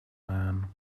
man